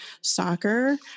soccer